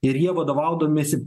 ir jie vadovaudamiesi